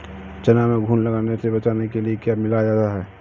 चना में घुन लगने से बचाने के लिए क्या मिलाया जाता है?